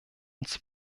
uns